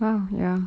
!wow! ya